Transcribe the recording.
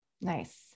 Nice